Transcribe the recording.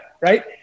right